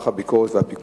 בפברואר 2010 פורסם